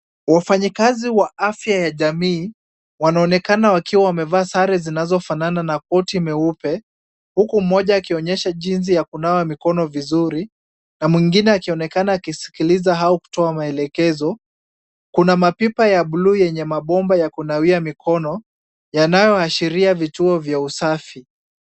Wafanyikazi wa afya ya jamii, wanaonekana wakiwa wamevaa sare zinazofanana na koti nyeupe, huku mmoja akionyesha jinsi ya kunawa mikono vizuri na mwingine akionekana akisikiliza au kutoa maelekezo. Kuna mapipa ya blue yenye mabomba ya kunawia mikono, yanayoashiria vituo vya usafi.